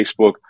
Facebook